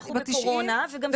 ולשלם.